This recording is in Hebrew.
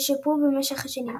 ששופרו במשך השנים.